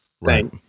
Right